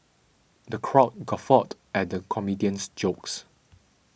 the crowd guffawed at the comedian's jokes